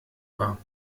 war